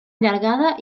allargada